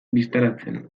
bistaratzen